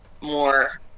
more